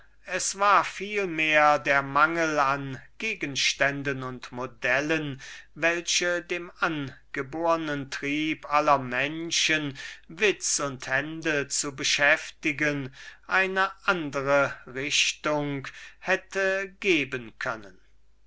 es war vielmehr der mangel an gegenständen und modellen welche dem allen menschen angebornen trieb witz und hände zu beschäftigen der sich in ihm regete eine andere richtung hätten geben können